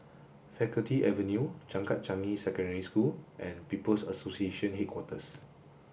Faculty Avenue Changkat Changi Secondary School and People's Association Headquarters